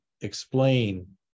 explain